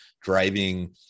driving